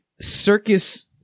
circus